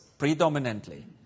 predominantly